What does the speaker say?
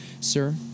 Sir